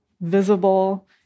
visible